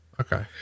Okay